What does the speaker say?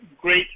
great